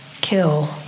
kill